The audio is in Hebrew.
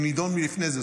הוא נדון לפני זה,